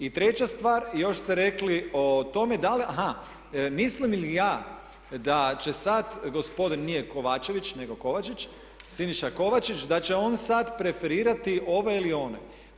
I treća stvar, još ste rekli o tome, mislim li ja da će sad gospodin nije Kovačević, nego Kovačić, Siniša Kovačić, da će on sad preferirati ove ili one.